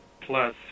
plus